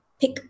pick